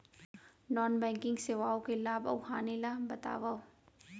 non banking सेवाओं के लाभ अऊ हानि ला बतावव